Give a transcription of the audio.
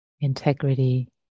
integrity